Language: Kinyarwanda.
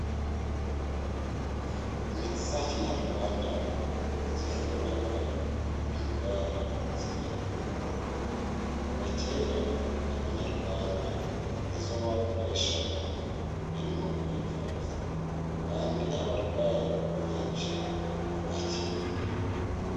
Imiti ya kinyarwanda ivura indwara zitandukanye. Kuva kera Abanyarwanda ni yo bakoreshaga mu kwivuza, kandi abarwayi benshi bagakira.